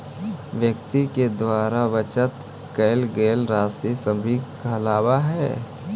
व्यक्ति के द्वारा बचत कैल गेल राशि सेविंग कहलावऽ हई